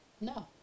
No